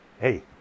Hey